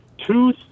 two